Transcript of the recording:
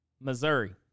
Missouri